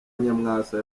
nyamwasa